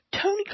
Tony